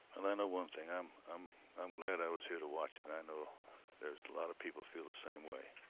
and i know one thing i'm i'm i'm glad i was here to watch it. i know there's a lot of people feel the same way